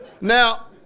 Now